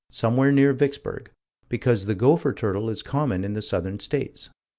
somewhere near vicksburg because the gopher turtle is common in the southern states.